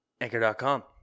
Anchor.com